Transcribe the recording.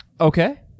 Okay